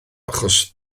achos